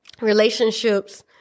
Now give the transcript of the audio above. relationships